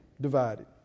divided